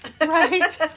Right